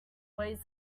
weighs